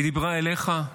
היא דיברה אליך,